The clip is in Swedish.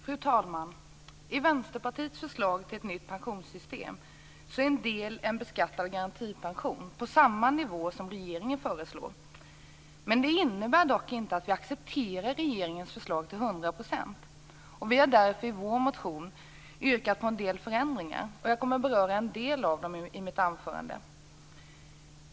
Fru talman! I Vänsterpartiets förslag till nytt pensionssystem är en del en beskattad garantipension på samma nivå som den regeringen föreslår. Det innebär dock inte att vi accepterar regeringens förslag till 100 %, och vi har därför i vår motion yrkat på en del förändringar. Jag kommer att beröra en del av dem i mitt anförande.